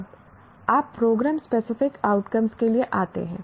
अब आप programme specific outcomes के लिए आते हैं